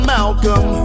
Malcolm